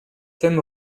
thème